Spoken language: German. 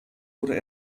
wurde